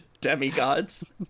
demigods